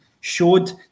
showed